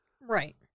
right